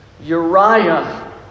Uriah